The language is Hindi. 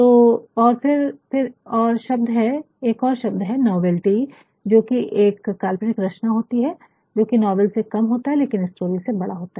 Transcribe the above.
तो और फिर फिर और शब्द है नोवेल्टी जोकि एक काल्पनिक रचना होती है जोकि नावेल से कम होता है लेकिन स्टोरी से बड़ा होता है